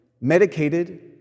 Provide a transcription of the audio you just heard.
medicated